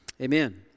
amen